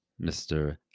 Mr